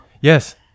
Yes